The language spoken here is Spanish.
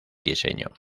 diseño